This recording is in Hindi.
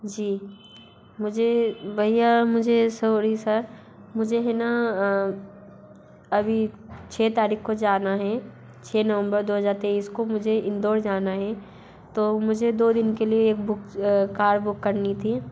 जी मुझे भैया मुझे सोरी सर मुझे है ना अभी छः तारिख़ को जाना है छः नवम्बर दो हज़ार तेईस को मुझे इंदौर जाना है तो मुझे दो दिन के लिए एक बुक कार बुक रनी थी